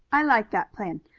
i like that plan.